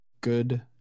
good